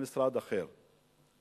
למשרד אחר.